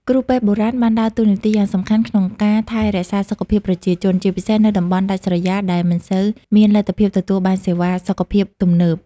គ្រូពេទ្យបុរាណបានដើរតួនាទីយ៉ាងសំខាន់ក្នុងការថែរក្សាសុខភាពប្រជាជន ជាពិសេសនៅតំបន់ដាច់ស្រយាលដែលមិនសូវមានលទ្ធភាពទទួលបានសេវាសុខភាពទំនើប។